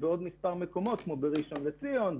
בעוד מספר מקומות כמו בראשון לציון,